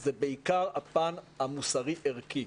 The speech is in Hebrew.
זה בעיקר הפן המוסרי-ערכי.